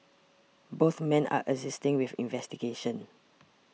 both men are assisting with investigations